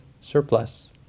surplus